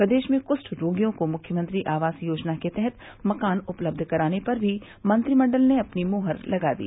प्रदेश में कुष्ठ रोगियों को मुख्यमंत्री आवास योजना के तहत मकान उपलब्ध कराने पर भी मंत्रिमंडल ने अपनी मोहर लगा दी